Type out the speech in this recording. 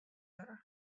wurde